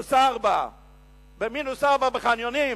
במינוס 4. במינוס 4, בחניונים.